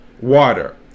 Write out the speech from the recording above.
water